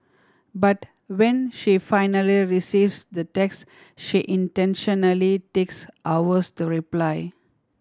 but when she finally receives the text she intentionally takes hours to reply